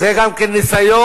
זה גם כן ניסיון